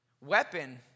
weapon